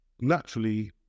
naturally